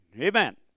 Amen